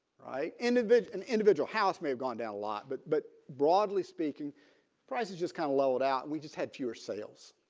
right. individual an individual house may have gone down a lot but. but broadly speaking prices just kind of low it out. we just had fewer sales